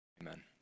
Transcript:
Amen